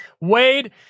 Wade